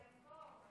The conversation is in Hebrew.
אבל הם פה.